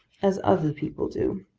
as other people do,